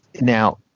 now